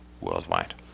worldwide